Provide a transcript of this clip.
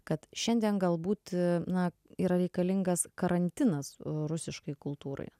kad šiandien galbūt na yra reikalingas karantinas rusiškai kultūrai